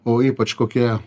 o ypač kokie